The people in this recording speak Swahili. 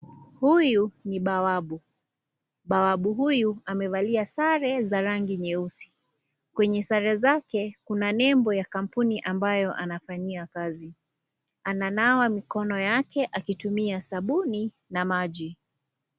Huyu ni bawabu, bawabu huyu amevalia sare za rangi nyeusi kwenye sare zake kuna nembo ya kampuni ambayo anafanyia kazi ana nawa mikono yake akitumia sabuni na maji.